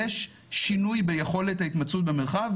יש שינוי ביכולת ההתמצאות במרחב,